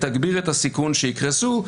תגביר את הסיכון שיקרסו,